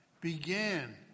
began